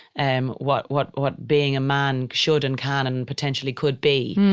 and what, what, what being a man should and can and and potentially could be.